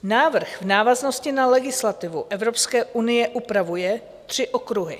Návrh v návaznosti na legislativu Evropské unie upravuje tři okruhy.